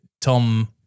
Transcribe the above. Tom